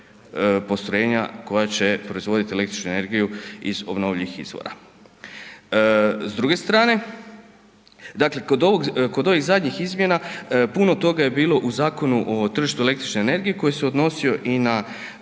postrojenja koja će proizvoditi električnu energiju iz obnovljivih izvora. S druge strane, dakle kod ovih zadnjih izmjena puno toga je bilo u Zakonu o tržištu električne energije koji se odnosio i na